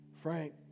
Frank